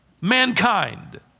mankind